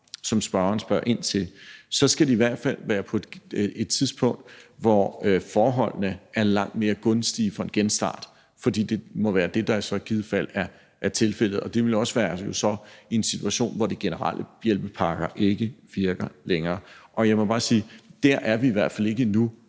som spørgeren spørger ind til, skal det i hvert fald være på et tidspunkt, hvor forholdene er langt mere gunstige for en genstart, for det må være det, der så i givet fald er formålet. Det vil så også være i en situation, hvor de generelle hjælpepakker ikke virker længere. Og jeg må bare sige, at vi i hvert fald endnu